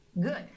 Good